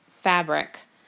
fabric